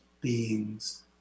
beings